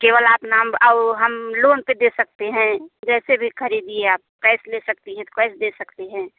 केवल आप नाम और हम लोन पर दे सकते हैं जैसे भी ख़रीदिए आप कैश ले सकती हैं तो कैश दे सकते हैं